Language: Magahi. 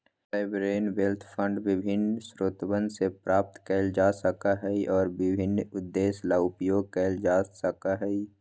सॉवरेन वेल्थ फंड विभिन्न स्रोतवन से प्राप्त कइल जा सका हई और विभिन्न उद्देश्य ला उपयोग कइल जा सका हई